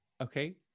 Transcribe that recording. okay